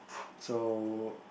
so